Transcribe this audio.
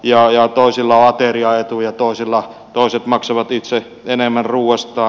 toisilla on ateriaetu ja toiset maksavat itse enemmän ruoastaan